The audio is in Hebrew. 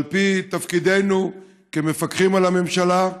בתוקף תפקידנו כמפקחים על הממשלה.